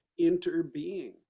interbeing